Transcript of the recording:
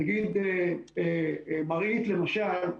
נגיד מרעית, למשל,